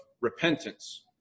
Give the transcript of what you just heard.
repentance